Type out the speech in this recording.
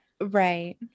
right